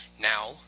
Now